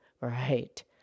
Right